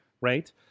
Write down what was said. right